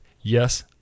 Yes